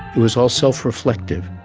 it was all self-reflective.